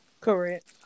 Correct